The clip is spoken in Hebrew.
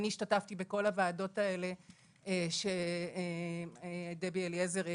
אני השתתפתי בכל הוועדות האלה שדבי אליעזר הזכירה,